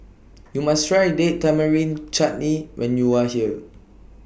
YOU must Try Date Tamarind Chutney when YOU Are here